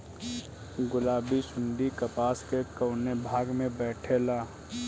गुलाबी सुंडी कपास के कौने भाग में बैठे ला?